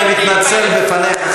אני מתנצל בפניך,